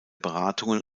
beratungen